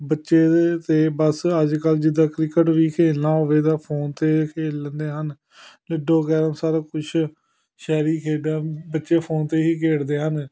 ਬੱਚੇ ਅਤੇ ਬਸ ਅੱਜ ਕੱਲ੍ਹ ਜਿੱਦਾਂ ਕ੍ਰਿਕਟ ਵੀ ਖੇਲਣਾ ਹੋਵੇ ਤਾਂ ਫੋਨ 'ਤੇ ਖੇਲ ਲੈਂਦੇ ਹਨ ਲੂਡੋ ਵਗੈਰਾ ਸਾਰਾ ਕੁਛ ਸ਼ਹਿਰੀ ਖੇਡਾਂ ਬੱਚੇ ਫੋਨ 'ਤੇ ਹੀ ਖੇਡਦੇ ਹਨ